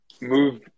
move